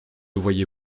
voyez